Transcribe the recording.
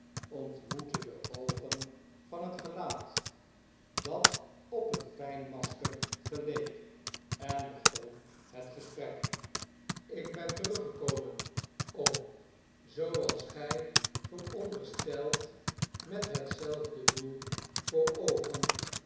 ontmoette de oogen van het gelaat dat op een fijn masker geleek en begon het gesprek ik ben teruggekomen oom zooals gjj vooronderstelt met hetzelfde doel voor oogen